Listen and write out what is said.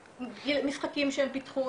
משחקים שהם פיתחו,